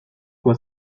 quoi